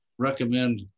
recommend